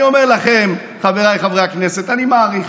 אני אומר לכם, חבריי חברי הכנסת, אני מעריך,